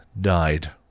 died